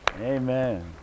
Amen